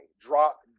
drop